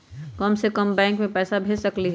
हम सब बैंक में पैसा भेज सकली ह?